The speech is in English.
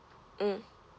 mm